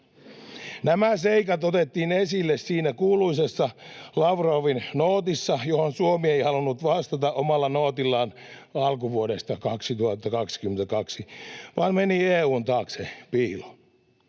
Nämä seikat otettiin esille siinä kuuluisassa Lavrovin nootissa, johon Suomi ei halunnut vastata omalla nootillaan alkuvuodesta 2022, vaan meni EU:n taakse piiloon.